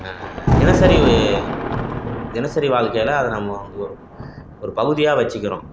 தினசரி தினசரி வாழ்க்கையில அது நம்ம வந்து ஒரு ஒரு பகுதியாக வச்சுக்கிறோம்